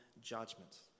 judgment